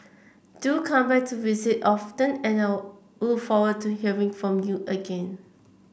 do come back to visit often and I'll look forward to hearing from you again